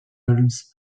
holmes